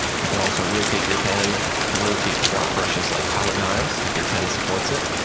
you can also rotate your pen, to rotate flat brushes like palette knives, if your pen supports it.